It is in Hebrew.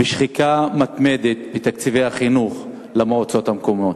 ושחיקה מתמדת בתקציבי החינוך למועצות המקומיות.